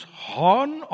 horn